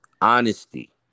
honesty